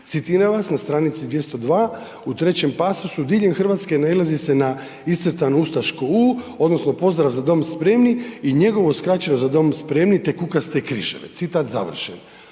citiram vas na stranici 202 i trećem pasusu „Diljem Hrvatske nailazi se na iscrtano ustaško U odnosno pozdrav „Za dom spremni“ i njegovo skraćeno za dom spremni te kukaste križeve“. Ja sam